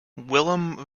willem